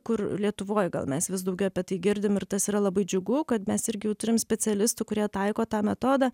kur lietuvoj gal mes vis daugiau apie tai girdim ir tas yra labai džiugu kad mes irgi jau turim specialistų kurie taiko tą metodą